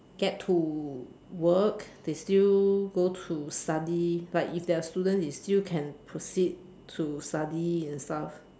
get to work they still go to study like if they are student they still can proceed to study and stuff